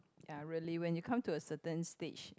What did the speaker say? ya really when you come to a certain stage